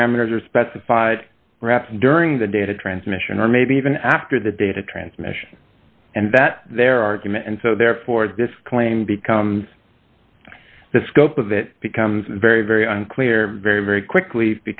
parameters are specified perhaps during the data transmission or maybe even after the data transmission and that their argument and so therefore this claim becomes the scope of it becomes very very unclear very very quickly